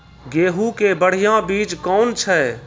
गेहूँ के बढ़िया बीज कौन छ?